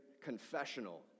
confessional